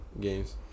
games